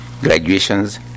graduations